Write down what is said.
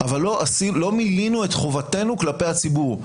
אבל לא מילאנו את חובתנו כלפי הציבור,